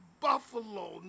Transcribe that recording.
Buffalo